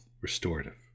restorative